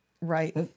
Right